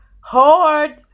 hard